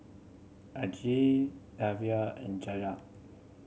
Angele Alyvia and